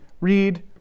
read